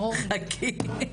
חכי.